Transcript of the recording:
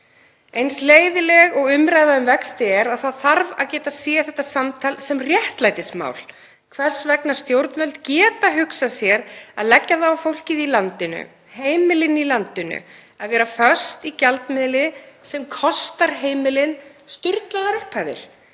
Eins leiðinleg og umræða um vexti er þá þarf að geta séð þetta samtal sem réttlætismál, hvers vegna stjórnvöld geta hugsað sér að leggja það á fólkið í landinu, heimilin í landinu, að vera föst í gjaldmiðli sem kostar heimilin sturlaðar upphæðir,